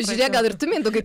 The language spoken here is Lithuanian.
žiūrėk gal ir tu mindaugai